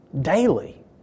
daily